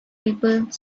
people